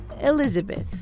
Elizabeth